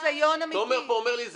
תומר אומר לי פה,